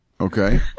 Okay